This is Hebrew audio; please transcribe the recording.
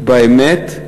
באמת,